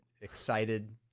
excited